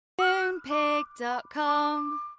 Moonpig.com